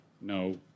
No